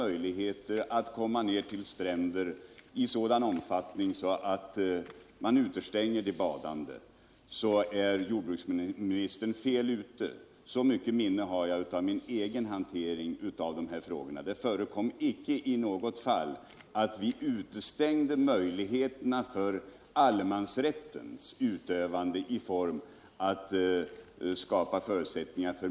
Man släpper nu fram bebyggelse i sådan omfattning att man utestänger dem som önskar bada från möjligheten att komma ner till stränderna, och så mycket minne har jag av min egen hantering av de här frågorna att jag vet att det inte i något fall förekom att vi utestängde människor från möjligheten att utöva allemansrätten.